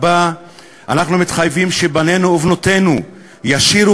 4. אנחנו מתחייבים שבנינו ובנותינו ישירו